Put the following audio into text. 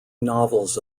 novels